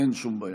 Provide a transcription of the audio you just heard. אין שם בעיה.